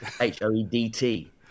H-O-E-D-T